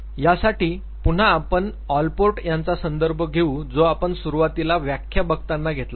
यासाठी पुन्हा आपण ऑलपोर्ट यांचा संदर्भ घेऊ जो आपण सुरुवातीला व्याख्या बघताना घेतला होता